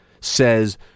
says